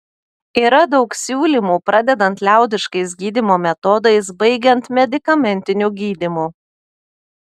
yra daug siūlymų pradedant liaudiškais gydymo metodais baigiant medikamentiniu gydymu